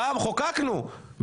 פעם חוקקנו,